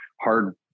hard